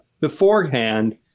beforehand